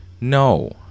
No